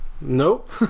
Nope